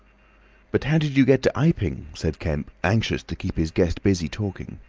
but how did you get to iping? said kemp, anxious to keep his guest busy talking.